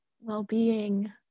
well-being